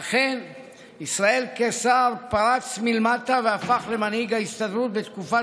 ואכן ישראל קיסר פרץ מלמטה והפך למנהיג ההסתדרות בתקופה